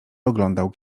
oglądał